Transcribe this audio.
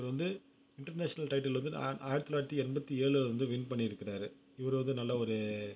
இவரு வந்து international title வந்து ஆ ஆயிரத்தி தொள்ளாயிரத்தி எண்பத்தி ஏழுல வந்து வின் பண்ணி இருக்கிறாரு இவரு வந்து நல்ல ஒரு